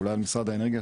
אולי משרד האנרגיה,